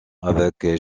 avec